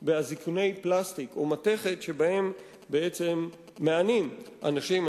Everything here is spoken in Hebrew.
באזיקוני פלסטיק או מתכת, שבהם בעצם מענים אנשים.